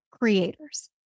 creators